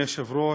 אדוני היושב-ראש,